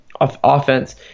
offense